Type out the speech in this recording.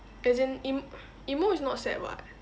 as in em~ emo is not sad [what]